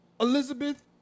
Elizabeth